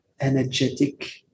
energetic